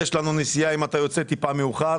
אם אתה יוצא טיפה מאוחר,